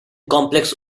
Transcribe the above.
complex